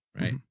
right